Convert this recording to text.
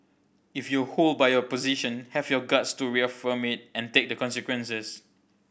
if you hold by your position have your guts to reaffirm it and take the consequences